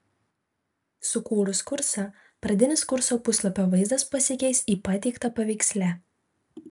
sukūrus kursą pradinis kurso puslapio vaizdas pasikeis į pateiktą paveiksle